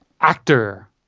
Actor